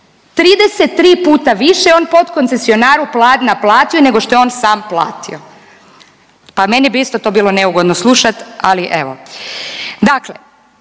33 puta više je on podkoncesionaru naplatio nego što je on sam platio. Pa meni bi isto to bilo neugodno slušati, ali evo.